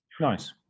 Nice